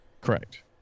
Correct